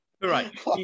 Right